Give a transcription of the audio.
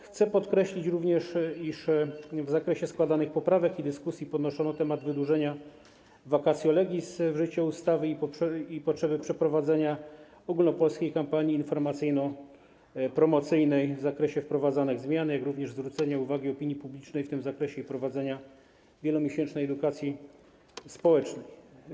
Chcę podkreślić również, iż w zakresie składanych poprawek i dyskusji podnoszono temat wydłużenia vacatio legis tej ustawy i potrzeby przeprowadzenia ogólnopolskiej kampanii informacyjno-promocyjnej w zakresie wprowadzanych zmian, jak również zwrócenia uwagi opinii publicznej w tym zakresie i prowadzenia wielomiesięcznej edukacji społecznej.